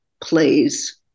plays